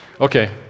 Okay